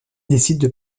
décident